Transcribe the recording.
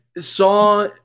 Saw